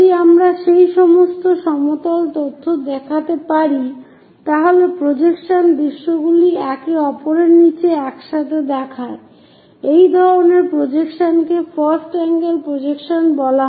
যদি আমরা এই সমস্ত সমতল তথ্য দেখাতে পারি তাহলে প্রজেকশন দৃশ্যগুলি একে অপরের নীচে একসাথে দেখায় সেই ধরনের প্রজেকশন কে ফার্স্ট এঙ্গেল প্রজেকশন বলে